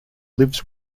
lives